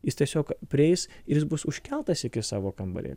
jis tiesiog prieis ir jis bus užkeltas iki savo kambario